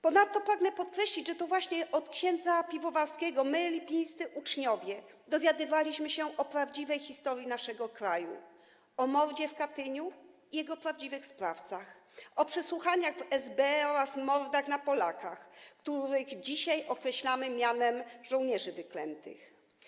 Ponadto pragnę podkreślić, że to właśnie od ks. Piwowarskiego my, lipińscy uczniowie, dowiadywaliśmy się o prawdziwej historii naszego kraju, o mordzie w Katyniu i jego prawdziwych sprawcach, o przesłuchaniach w SB oraz mordach na Polakach, których dzisiaj określamy mianem żołnierzy wyklętych.